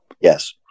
Yes